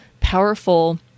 powerful